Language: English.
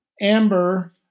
amber